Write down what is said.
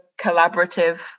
collaborative